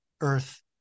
earth